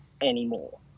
anymore